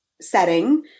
setting